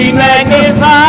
magnify